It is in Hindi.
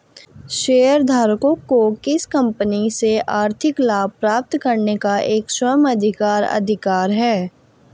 शेयरधारकों को किसी कंपनी से आर्थिक लाभ प्राप्त करने का एक स्व अधिकार अधिकार है